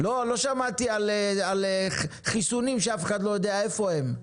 לא שמעתי על חיסונים שאף אחד לא יודע איפה הם.